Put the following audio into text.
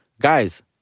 Guys